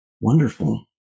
wonderful